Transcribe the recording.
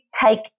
take